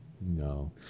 No